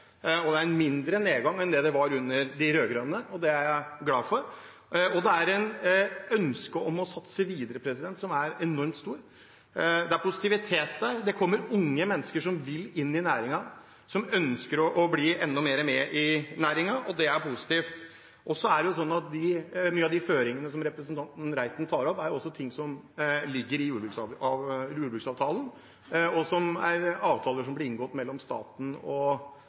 en mindre nedgang enn det var under de rød-grønne. Det er jeg glad for. Det er et ønske om å satse videre som er enormt stort, det er positivitet der, det er unge mennesker som vil inn i næringen, og som ønsker å bli enda mer med i næringen. Det er positivt. Så er det jo sånn at mange av de føringene som representanten Reiten tar opp, også er ting som ligger i jordbruksavtalene, som er avtaler som blir inngått mellom staten og